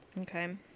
Okay